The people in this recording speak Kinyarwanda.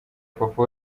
papa